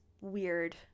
weird